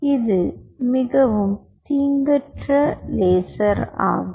இது மிகவும் தீங்கற்ற லேசர் ஆகும்